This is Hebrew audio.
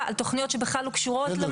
על תוכניות שבכלל לא קשורות למטרו.